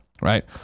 right